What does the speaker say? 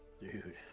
Dude